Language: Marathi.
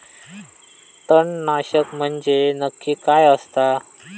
तणनाशक म्हंजे नक्की काय असता?